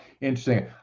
interesting